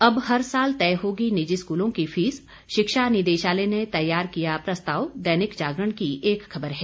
अब हर साल तय होगी निजी स्कूलों की फीस शिक्षा निदेशालय ने तैयार किया प्रस्ताव दैनिक जागरण की खबर है